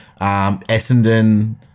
Essendon